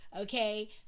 Okay